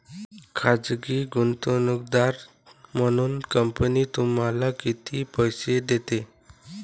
खाजगी गुंतवणूकदार म्हणून कंपनी तुम्हाला किती पैसे देते?